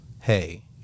hey